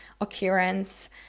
occurrence